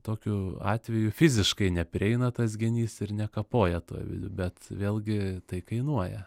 tokiu atveju fiziškai neprieina tas genys ir nekapoja tų avilių bet vėlgi tai kainuoja